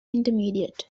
intermediate